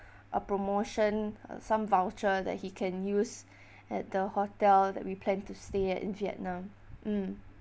a promotion uh some voucher that he can use at the hotel that we plan to stay at in vietnam mm